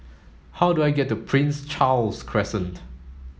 how do I get to Prince Charles Crescent